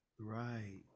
Right